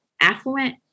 affluent